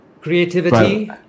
Creativity